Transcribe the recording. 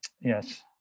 Yes